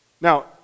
now